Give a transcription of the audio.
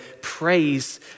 praise